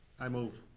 i move.